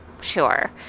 sure